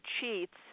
cheats